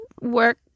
work